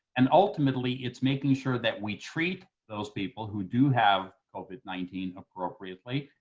and ultimately, it's making sure that we treat those people who do have covid nineteen appropriately,